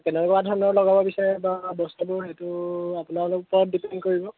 কেনেকুৱা ধৰণৰ লগাব বিচাৰে বা বস্তুবোৰ সেইটো আপোনাৰ ওপৰত ডিপেণ্ড কৰিব